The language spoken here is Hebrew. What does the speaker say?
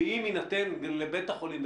ואם יינתן לבית החולים,